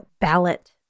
ballot